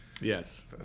yes